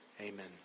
Amen